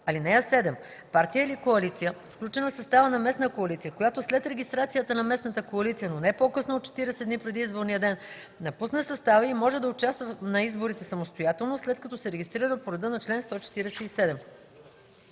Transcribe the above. й. (7) Партия или коалиция, включена в състава на местна коалиция, която след регистрацията на местната коалиция, но не по-късно от 40 дни преди изборния ден, напусне състава й, може да участва на изборите самостоятелно, след като се регистрира по реда на чл. 147.”